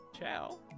Ciao